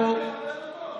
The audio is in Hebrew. מה הולך כאן?